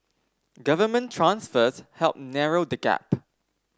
government transfers helped narrow the gap